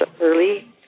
early